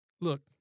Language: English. Look